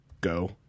go